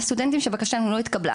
יש סטודנטים שהבקשה לא התקבלה.